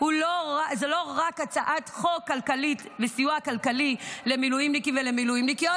זו לא רק הצעת חוק כלכלית וסיוע כלכלי למילואימניקים ולמילואימניקיות,